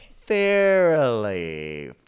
fairly